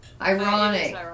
Ironic